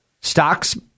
Stocks